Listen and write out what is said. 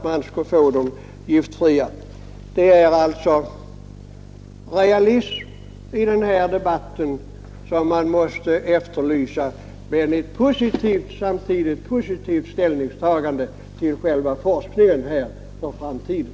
Man måste alltså i denna debatt efterlysa realism men samtidigt ett positivt ställningstagande till själva forskningen för framtiden.